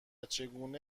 چگونه